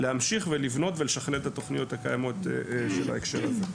להמשיך ולבנות ולשכלל את התוכניות הקיימות בהקשר הזה.